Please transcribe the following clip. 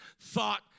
thought